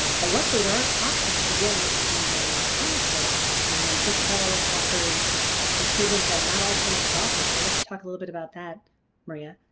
ah but luckily there are options for dealing with the pain during electrolysis. and sensipelo offers a treatment that not all places offer so i'll let you talk a little bit about that maria.